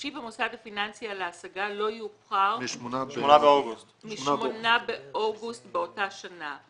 השיב המוסד הפיננסי על ההשגה לא יאוחר מ-8 באוגוסט באותה שנה.